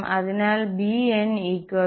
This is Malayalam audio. അതിനാൽ b'n−nan